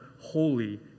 holy